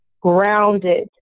grounded